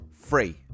Free